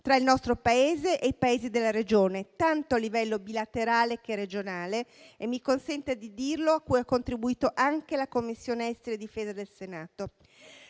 tra il nostro Paese e i Paesi della regione, tanto a livello bilaterale quanto regionale - mi consenta di dirlo - a cui ha contribuito anche la Commissione esteri e difesa del Senato.